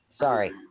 Sorry